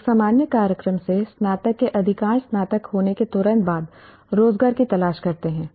एक सामान्य कार्यक्रम से स्नातक के अधिकांश स्नातक होने के तुरंत बाद रोजगार की तलाश करते हैं